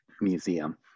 museum